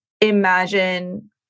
imagine